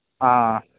ஆ